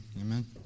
Amen